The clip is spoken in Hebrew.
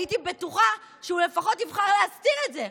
הייתי בטוחה שהוא לפחות יבחר להסתיר את זה,